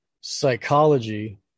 psychology